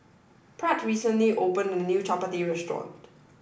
Pratt recently opened a new Chapati restaurant